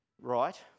Right